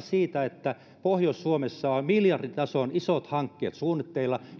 siitä että pohjois suomessa on suunnitteilla miljarditason isot hankkeet